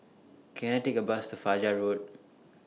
Can I Take A Bus to Fajar Road